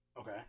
Okay